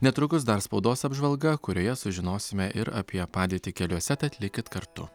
netrukus dar spaudos apžvalga kurioje sužinosime ir apie padėtį keliuose tad likit kartu